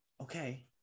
Okay